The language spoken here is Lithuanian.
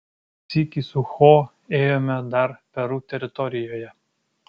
sykį su cho ėjome dar peru teritorijoje